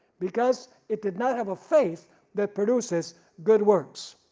because it did not have a faith that produces good works.